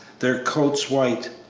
their coats white,